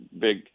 big